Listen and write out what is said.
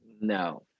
No